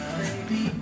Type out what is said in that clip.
baby